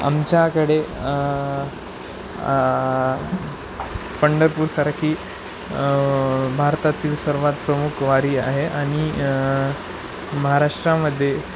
आमच्याकडे पंढरपूरसारखी भारतातील सर्वात प्रमुख वारी आहे आणि महाराष्ट्रामध्ये